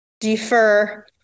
defer